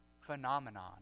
Phenomenon